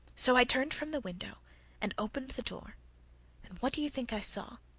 so i turned from the window and opened the door and what do you think i saw?